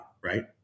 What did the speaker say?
right